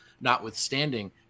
notwithstanding